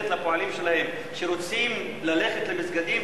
שרוצים ללכת למסגדים,